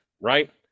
right